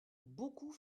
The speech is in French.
beaucoup